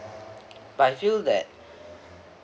but I feel that